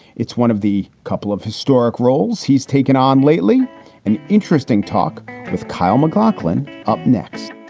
it's one of the couple of historic roles he's taken on lately an interesting talk with kyle maclachlan up next.